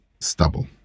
stubble